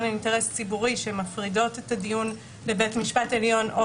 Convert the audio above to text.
לאינטרס ביטחוני שמפרידות את הדיון לבית משפט עליון או